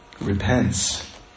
repents